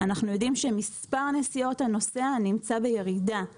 אנחנו יודעים שמספר נסיעות הנוסע נמצא בירידה נומינלית,